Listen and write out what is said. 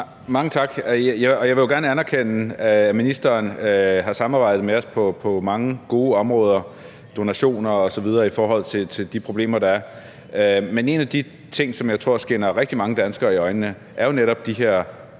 Mange tak. Jeg vil jo gerne anerkende, at ministeren har samarbejdet med os på mange gode områder i forhold til de problemer, der er, i forhold til donationer osv., men en af de ting, som jeg tror springer rigtig mange danskere i øjnene, er jo netop de her